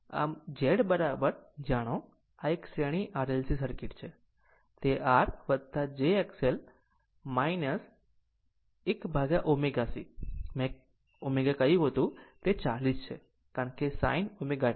આમ Z જાણો આ એક શ્રેણી RLC સર્કિટ છે તે R j L 1ω C ω મેં કહ્યું કે તે 40 છે કારણ કે sin ω t